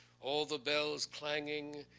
all the bells clanging,